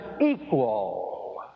equal